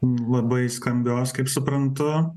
labai skambios kaip suprantu